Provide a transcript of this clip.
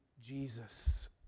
Jesus